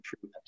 true